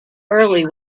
early